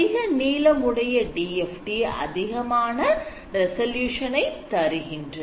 அதிக நீளம் உடைய DFT அதிகமான resolution ஐ தருகின்றது